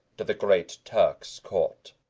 to the great turk's court.